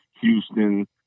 Houston